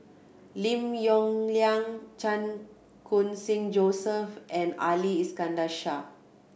Lim Yong Liang Chan Khun Sing Joseph and Ali Iskandar Shah